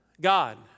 God